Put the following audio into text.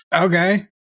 okay